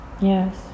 Yes